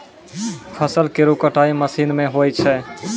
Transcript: फसल केरो कटाई मसीन सें होय छै